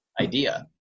idea